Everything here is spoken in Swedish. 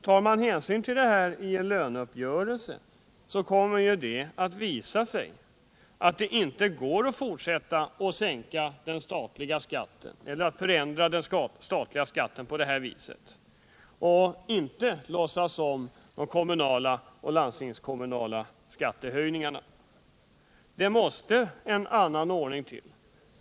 Tar man hänsyn till det här i en löneuppgörelse, så kommer det ju att visa sig att det inte går att fortsätta att förändra den statliga skatten utan att låtsas om de kommunala och landstingskommunala skattehöjningarna. Det måste en annan ordning till.